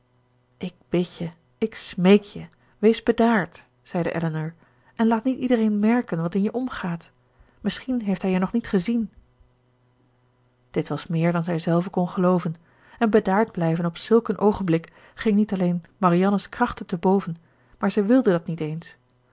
ik bid je ik smeek je wees bedaard zeide elinor en laat niet iedereen merken wat in je omgaat misschien heeft hij je nog niet gezien dit was meer dan zij zelve kon gelooven en bedaard blijven op zulk een oogenblik ging niet alleen marianne's krachten te boven maar zij wilde dat niet eens